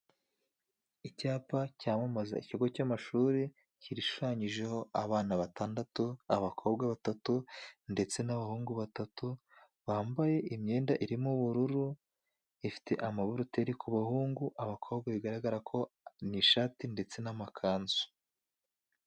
Icyapa cyamamaza ikigo cy'amashuri, gishushanyijeho abana batandatu, abakobwa batatu, ndetse n'abahungu batatu, bambaye imyenda irimo ubururu, ifite amaburuteri ku bahungu, abakobwa bigaragara ko ni ishati ndetse n'amakanzu